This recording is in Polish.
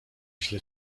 źle